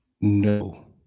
No